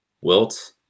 wilt